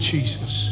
Jesus